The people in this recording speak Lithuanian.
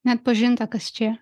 neatpažinta kas čia